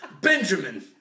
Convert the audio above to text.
Benjamin